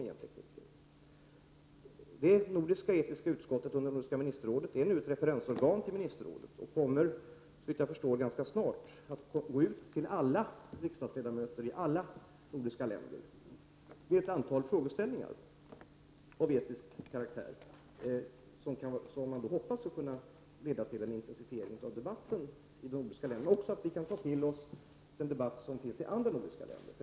Det nordiska etikutskottet under Nordiska ministerrådet är nu ett referensorgan till detta. Det kommer, ganska snart såvitt jag förstår, att gå ut till alla riksdagsledamöter i de nordiska länderna med ett antal frågeställningar av etisk karaktär, som man hoppas skall kunna leda till en intensifiering av debatten i de nordiska länderna och till att vi kan ta till oss den debatt som förs i andra nordiska länder.